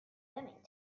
going